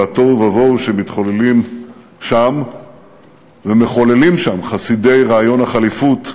התוהו ובוהו שמתחולל שם ומחוללים שם חסידי רעיון הח'ליפות.